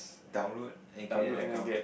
download and create an account